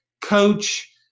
coach